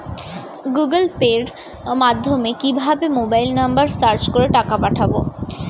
Google পের মাধ্যমে কিভাবে মোবাইল নাম্বার সার্চ করে টাকা পাঠাবো?